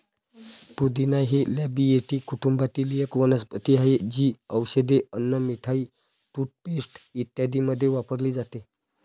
पुदिना हे लॅबिएटी कुटुंबातील एक वनस्पती आहे, जी औषधे, अन्न, मिठाई, टूथपेस्ट इत्यादींमध्ये वापरली जाते